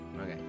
Okay